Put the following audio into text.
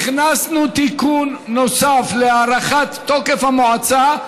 הכנסנו תיקון נוסף להארכת תוקף המועצה,